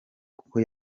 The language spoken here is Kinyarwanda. kuko